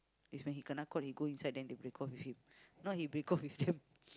is when he kena caught he go inside then they break off with him not he break off with them